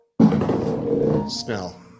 Snell